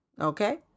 Okay